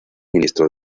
ministro